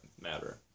matter